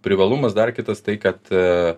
privalumas dar kitas tai kad